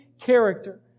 character